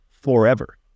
forever